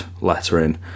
lettering